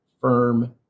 firm